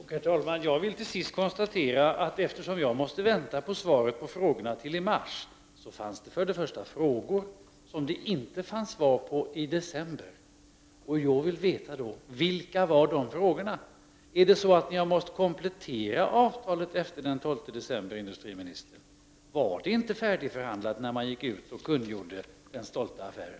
Herr talman! Eftersom jag måste vänta på svaren på frågorna till mars, vill jag först och främst konstatera att det fanns frågor som det inte fanns svar på i december. Jag vill veta vilka de frågorna var. Är det så att avtalet har måst kompletteras efter den 12 december, industriministern? Var det inte färdigförhandlat när man gick ut och kungjorde den stolta affären?